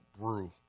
Brew